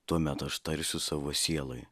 tuomet aš tarsiu savo sielai